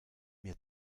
mir